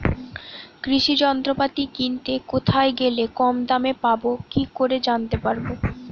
কৃষি যন্ত্রপাতি কিনতে কোথায় গেলে কম দামে পাব কি করে জানতে পারব?